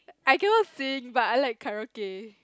I cannot sing but I like karaoke